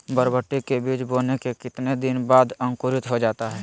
बरबटी के बीज बोने के कितने दिन बाद अंकुरित हो जाता है?